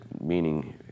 meaning